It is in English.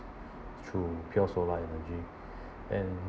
through pure solar energy and